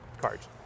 cards